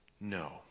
No